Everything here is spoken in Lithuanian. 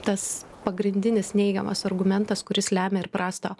tas pagrindinis neigiamas argumentas kuris lemia ir prastą